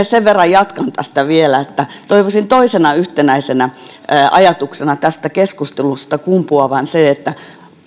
sen verran jatkan tästä vielä että toivoisin toisena yhtenäisenä ajatuksena tästä keskustelusta kumpuavan sen että